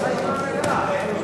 אבל יש הסכמה מלאה.